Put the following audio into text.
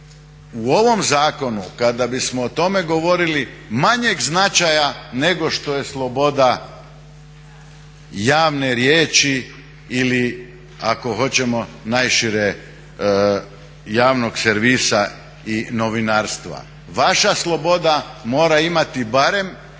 u ovom zakonu kada bismo o tome govorili manjeg značaja nego što je sloboda javne riječi ili ako hoćemo najšire javnog servisa i novinarstva. Vaša sloboda mora imati barem,